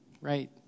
right